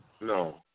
No